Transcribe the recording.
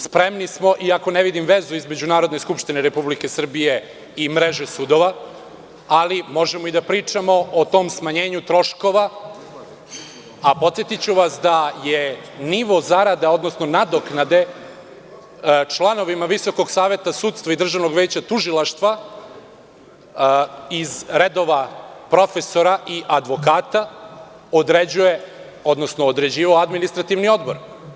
Spremni smo, iako ne vidim vezu između Narodne skupštine Republike Srbije i mreže sudova, ali možemo da pričamo o tom smanjenju troškova, a podsetiću vas da je nivo zarada, odnosno nadoknade članovima Visokog saveta sudstva i Državnog veća tužilaštva iz redova profesora i advokata, određuje, odnosno određivao Administrativni odbor.